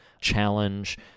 challenge